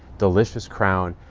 delicious crown,